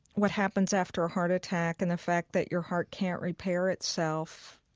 what happens after a heart attack and the fact that your heart can't repair itself,